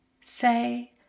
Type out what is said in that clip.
say